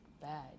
Bad